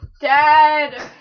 Dad